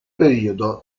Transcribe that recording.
periodo